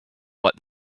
what